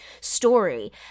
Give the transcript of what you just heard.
story